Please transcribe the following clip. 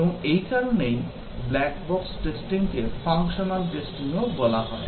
এবং এই কারণেই ব্ল্যাক বক্স টেস্টিংকে ফাংশনাল টেস্টিংও বলা হয়